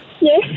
yes